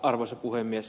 arvoisa puhemies